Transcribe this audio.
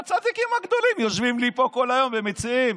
והצדיקים הגדולים יושבים לי פה כל היום ומציעים.